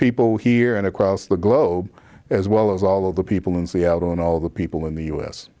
people here and across the globe as well as all of the people in seattle and all the people in the u